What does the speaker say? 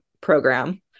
program